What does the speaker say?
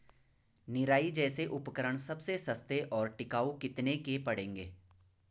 निराई जैसे उपकरण सबसे सस्ते और टिकाऊ कितने के पड़ेंगे?